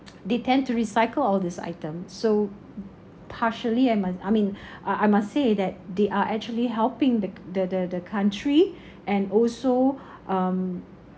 they tend to recycle all these items so partially I must I mean ah I must say that they are actually helping the the the the country and also um